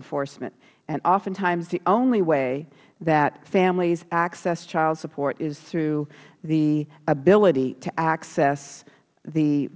enforcement oftentimes the only way that families access child support is through the ability to access